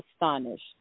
astonished